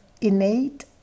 innate